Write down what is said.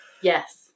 yes